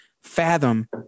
fathom